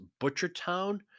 Butchertown